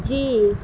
جی